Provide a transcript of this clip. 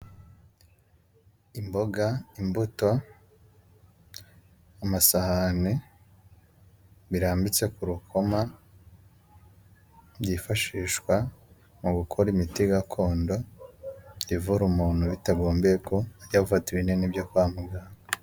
Imboga, imbuto, amasahane, birambitse ku rukoma, byifashishwa mu gukora imiti gakondo ivura umuntu, bitagombeye ko ajya gufata ibinini byo kwa muganga.